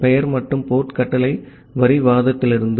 பெயர் மற்றும் port command line வாதத்திலிருந்து